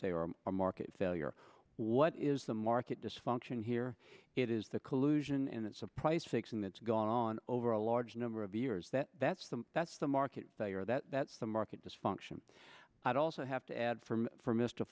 say or a market failure what is the market dysfunction here it is the collusion and it's a price fixing that's gone on over a large number of years that that's the that's the market failure that that's the market dysfunction i'd also have to add from for m